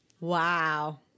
Wow